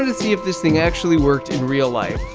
and see if this thing actually worked in real life.